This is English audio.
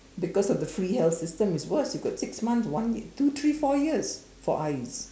because of the free health system it's worst you got six months one year two three four years for eyes